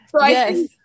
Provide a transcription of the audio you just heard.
Yes